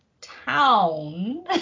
town